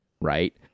right